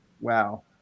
Wow